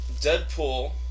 Deadpool